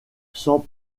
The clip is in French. sans